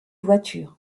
voiture